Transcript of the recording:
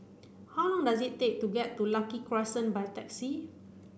how long does it take to get to Lucky Crescent by taxi